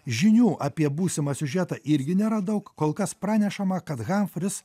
žinių apie būsimą siužetą irgi nėra daug kol kas pranešama kad hamfris